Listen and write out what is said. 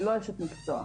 אני לא אשת מקצוע.